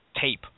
tape